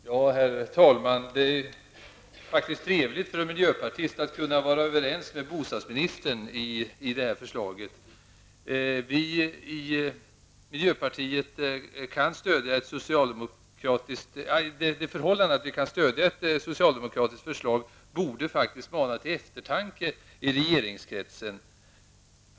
Herr talman! Det är faktiskt trevligt för miljöpartister att kunna vara överens med bostadsministern om det här förslaget. Det förhållandet att vi i miljöpartiet kan stödja ett socialdemokratiskt förslag borde faktiskt mana till eftertanke i regeringskretsen.